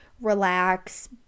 relax